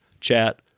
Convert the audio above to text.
chat